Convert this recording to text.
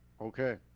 Okay